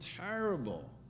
terrible